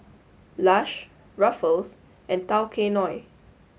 Lush Ruffles and Tao Kae Noi